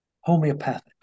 homeopathic